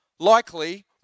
likely